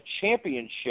championship